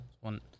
one